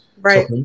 Right